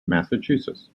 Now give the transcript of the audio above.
massachusetts